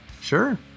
sure